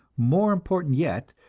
more important yet,